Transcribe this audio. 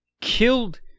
killed